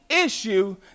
issue